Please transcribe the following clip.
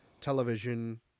television